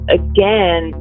again